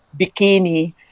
bikini